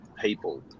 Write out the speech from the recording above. people